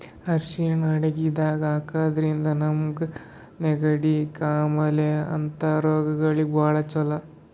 ಅರ್ಷಿಣ್ ಅಡಗಿದಾಗ್ ಹಾಕಿದ್ರಿಂದ ನಮ್ಗ್ ನೆಗಡಿ, ಕಾಮಾಲೆ ಅಂಥ ರೋಗಗಳಿಗ್ ಭಾಳ್ ಛಲೋ